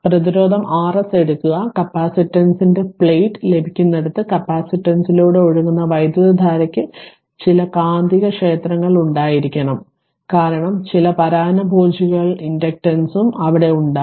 പ്രതിരോധം Rs എടുക്കുക കപ്പാസിറ്ററിന്റെ പ്ലേറ്റ് ലഭിക്കുന്നിടത്ത്കപ്പാസിറ്ററിലൂടെ ഒഴുകുന്ന വൈദ്യുതധാരയ്ക്ക് ചില കാന്തികക്ഷേത്രങ്ങൾ ഉണ്ടായിരിക്കണം കാരണം ചില പരാന്നഭോജികളുടെ ഇൻഡക്റ്റൻസും അവിടെ ഉണ്ടാകും